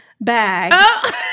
bag